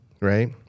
right